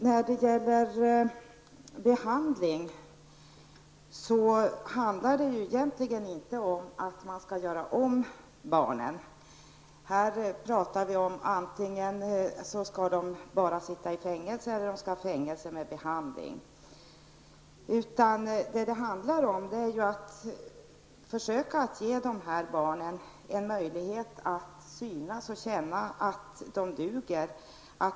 När det gäller behandling är det egentligen inte fråga om att man skall göra om barnen. Vi pratar här om att de antingen bara skall sitta i fängelse eller sitta i fängelse med behandling. Det handlar i stället om att försöka ge dessa barn en möjlighet att synas och känna att de duger.